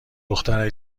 دخترش